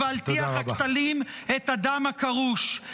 -- ועל גבי טיח הכתלים / את הדם הקרוש".